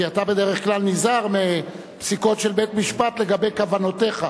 כי אתה בדרך כלל נזהר מפסיקות של בית-משפט לגבי כוונותיך.